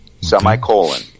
Semicolon